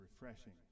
refreshing